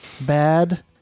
Bad